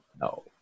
No